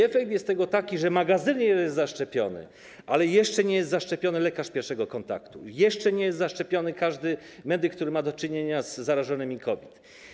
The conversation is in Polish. Efekt tego jest taki, że magazynier jest już zaszczepiony, ale jeszcze nie jest zaszczepiony lekarz pierwszego kontaktu, jeszcze nie jest zaszczepiony każdy medyk, który ma do czynienia z zarażonymi COVID.